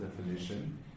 definition